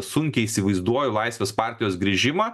sunkiai įsivaizduoju laisvės partijos grįžimą